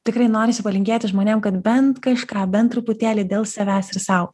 tikrai norisi palinkėti žmonėm kad bent kažką bent truputėlį dėl savęs ir sau